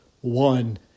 one